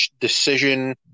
decision